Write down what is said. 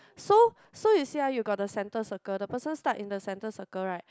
so so you see ah you got the centre circle the person start in the centre circle right